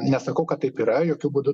nesakau kad taip yra jokiu būdu